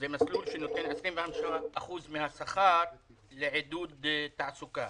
זה מסלול שנותן 25% מהשכר לעידוד תעסוקה.